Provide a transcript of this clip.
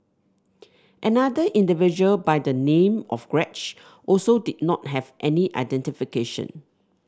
another individual by the name of Greg also did not have any identification